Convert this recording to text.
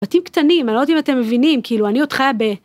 בתים קטנים, אני לא יודעת אם אתם מבינים, כאילו, אני עוד חיה ב...